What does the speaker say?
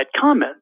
comment